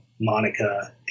Monica